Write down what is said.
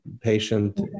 patient